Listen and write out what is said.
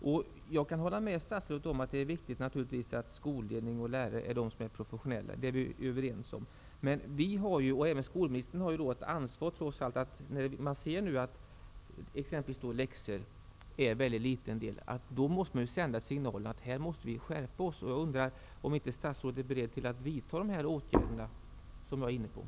Jag kan hålla med statsrådet om att det naturligtvis är viktigt att skolledning och lärare är professionella. Det är vi överens om. Men när man nu ser att exempelvis läxor utgör en mycket liten del har vi liksom skolministern ett ansvar för att sända signalen: Här måste vi skärpa oss. Är statsrådet beredd att vidta de åtgärder jag nämnde?